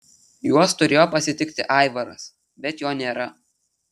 juos turėjo pasitikti aivaras bet jo nėra